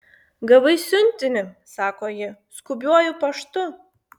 gavai siuntinį sako ji skubiuoju paštu